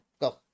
go